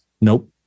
nope